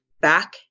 back